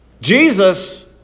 Jesus